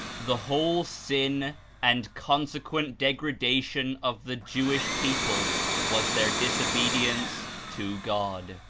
the whole sin and consequent degradation of the jewish people was their disobedience to god.